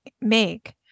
make